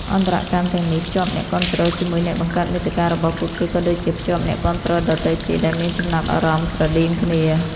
អន្តរកម្មទាំងនេះ ភ្ជាប់អ្នកគាំទ្រជាមួយអ្នកបង្កើតមាតិកា របស់ពួកគេ ក៏ដូចជា ភ្ជាប់អ្នកគាំទ្រដទៃទៀត ដែលមានចំណាប់អារម្មណ៍ស្រដៀងគ្នា។